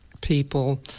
people